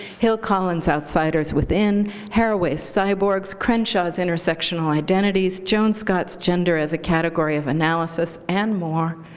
hill collins' outsiders within, haraway's cyborgs, crenshaw's intersectional identities, joan scott's gender as a category of analysis, and more,